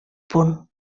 punt